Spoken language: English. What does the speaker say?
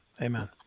Amen